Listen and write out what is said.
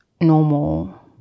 normal